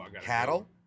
Cattle